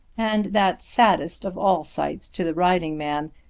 and that saddest of all sights to the riding man,